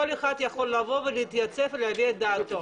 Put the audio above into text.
כל אחד יכול לבוא ולהתייצב ולהביע את דעתו.